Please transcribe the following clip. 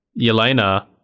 Yelena